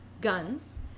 guns